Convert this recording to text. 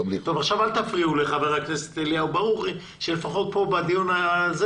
עכשיו אל תפריעו לחבר הכנסת אליהו ברוכי שלפחות כאן בדיון הזה,